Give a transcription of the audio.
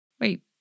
Wait